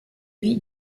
vie